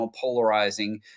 polarizing